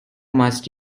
must